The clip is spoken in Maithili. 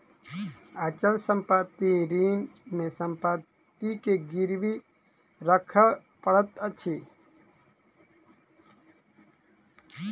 अचल संपत्ति ऋण मे संपत्ति के गिरवी राखअ पड़ैत अछि